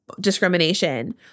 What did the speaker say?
discrimination